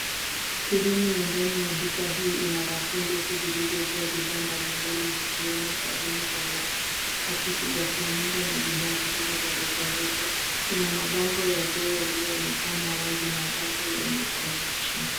Sehemu ya ndani ya duka hii ina rafu ndefu zilizojaa bidhaa mbalimbali zikiwemo sabuni za Lux. Pakiti za Flamingo na bidhaa zingine za rejareja, ina mabango ya bei yaliyoonekana wazi na bango lenye promotion .